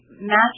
match